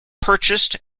purchased